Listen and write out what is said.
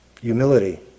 humility